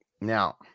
now